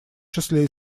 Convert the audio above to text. числе